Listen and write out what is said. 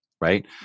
Right